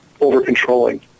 over-controlling